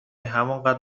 همانقدر